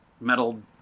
metal